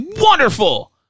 wonderful